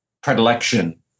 predilection